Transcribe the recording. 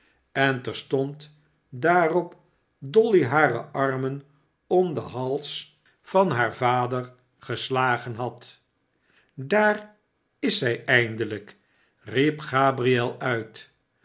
en terstond daarop dolly hare armen om den hals van haar vader geslagen had sdaar is zij elndelijk riep gabriel uit